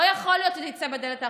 לא יכול להיות שזה יצא בדלת האחורית.